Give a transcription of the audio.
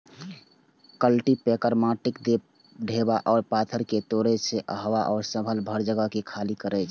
cultipacker माटिक ढेपा आ पाथर कें तोड़ै छै आ हवा सं भरल जगह कें खाली करै छै